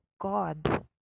god